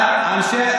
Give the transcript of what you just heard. אנשי,